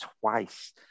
twice